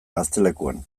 gaztelekuan